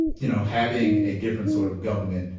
you know, having a different sort of government,